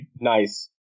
nice